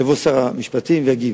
שיבוא שר המשפטים ויגיב.